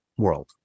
world